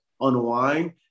unwind